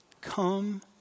come